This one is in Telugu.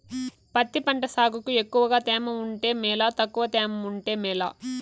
పత్తి పంట సాగుకు ఎక్కువగా తేమ ఉంటే మేలా తక్కువ తేమ ఉంటే మేలా?